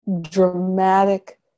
dramatic